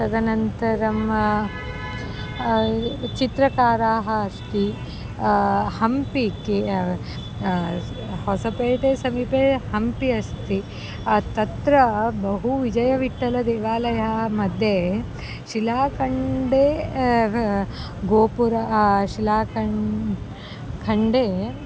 तदनन्तरं चित्रकाराः अस्ति हम्पि के होसपेटसमीपे हम्पि अस्ति तत्र बहु विजयविठ्ठलदेवालयमध्ये शिलाखण्डे गोपुरं शिलाखण्डे